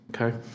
Okay